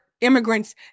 immigrants